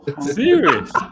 Serious